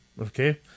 Okay